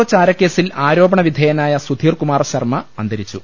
O ചാരക്കേസിൽ ആരോപണ വിധേയനായ സുധീർകുമാർ ശർമ അന്തരിച്ചു